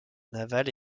navales